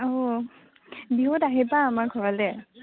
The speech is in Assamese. অঁ বিহুত আহিবা আমাৰ ঘৰলৈ